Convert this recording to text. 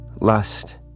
lust